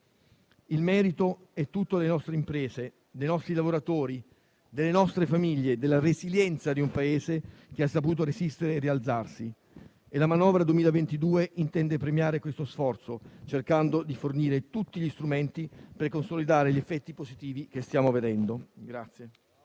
Il merito è tutto delle nostre imprese, dei nostri lavoratori, delle nostre famiglie, della resilienza di un Paese che ha saputo resistere e rialzarsi. La manovra 2022 intende premiare questo sforzo cercando di fornire tutti gli strumenti per consolidare gli effetti positivi che stiamo vedendo.